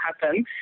happen